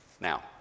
Now